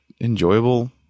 enjoyable